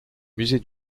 musée